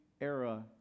era